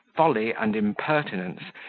folly, and impertinence,